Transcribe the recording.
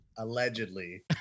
Allegedly